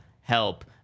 help